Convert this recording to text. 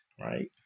Right